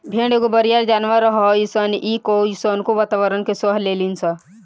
भेड़ एगो बरियार जानवर हइसन इ कइसनो वातावारण के सह लेली सन